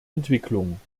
entwicklung